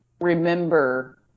remember